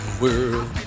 world